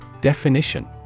Definition